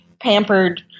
pampered